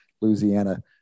Louisiana